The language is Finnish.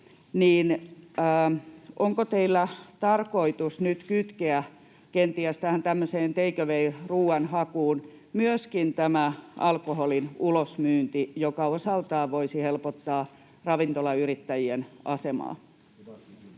onko teillä tarkoitus nyt kytkeä kenties tähän tämmöiseen take away -ruoan hakuun myöskin tämä alkoholin ulosmyynti, joka osaltaan voisi helpottaa ravintolayrittäjien asemaa?